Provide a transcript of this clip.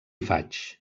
faigs